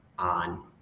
On